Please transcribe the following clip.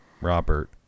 Robert